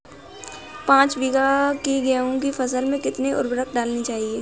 पाँच बीघा की गेहूँ की फसल में कितनी उर्वरक डालनी चाहिए?